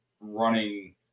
running